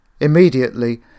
Immediately